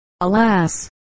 Alas